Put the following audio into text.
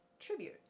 Tribute